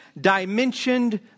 dimensioned